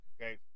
Okay